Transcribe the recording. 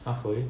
halfway